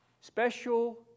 Special